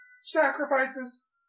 Sacrifices